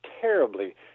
terribly